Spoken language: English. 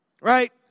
Right